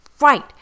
Right